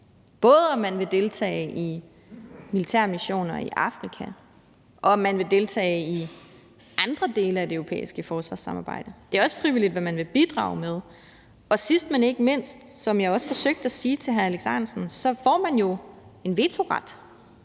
er, om man vil deltage i militære missioner i Afrika, eller om man vil deltage i andre dele af det europæiske forsvarssamarbejde. Det er også frivilligt, hvad man vil bidrage med. Og sidst, men ikke mindst, hvilket jeg også forsøgte at sige til hr. Alex Ahrendtsen, får man jo en vetoret,